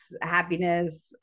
happiness